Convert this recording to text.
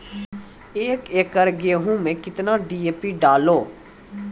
एक एकरऽ गेहूँ मैं कितना डी.ए.पी डालो?